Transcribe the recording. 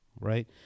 right